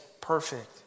perfect